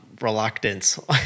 reluctance